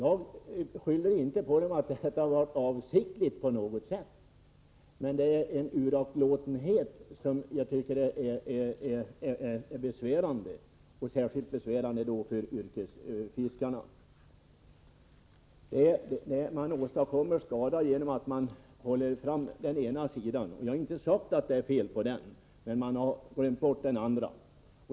Jag beskyller inte någon för att på något sätt ha gjort detta avsiktligt, men det är en uraktlåtenhet som är besvärande — särskilt för yrkesfiskarna. Man åstadkommer skada genom att man håller fram den ena sidan av saken — jag har inte därmed sagt att det är något fel på det man säger — medan man glömmer bort den andra.